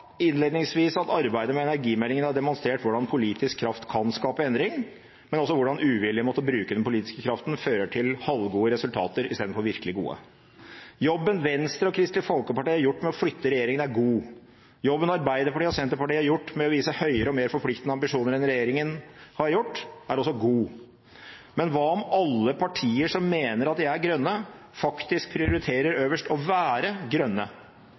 innledningsvis at arbeidet med energimeldingen har demonstrert hvordan politisk kraft kan skape endring, men også hvordan uvilje mot å bruke den politiske kraften fører til halvgode resultater i stedet for virkelig gode. Jobben Venstre og Kristelig Folkeparti har gjort med å flytte regjeringen, er god. Jobben Arbeiderpartiet og Senterpartiet har gjort med å vise høyere og mer forpliktende ambisjoner enn regjeringen har gjort, er også god. Men hva om alle partier som mener at de er grønne, faktisk prioriterer øverst å være grønne?